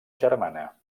germana